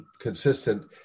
consistent